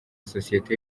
sosiyete